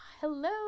hello